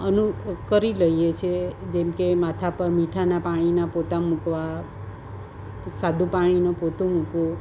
અનુ કરી લઇએ છે જેમકે માથા પર મીઠાનાં પાણીનાં પોતાં મૂકવાં સાદું પાણીનું પોતું મૂકવું